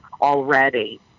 already